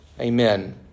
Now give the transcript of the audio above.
Amen